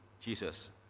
Jesus